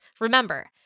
Remember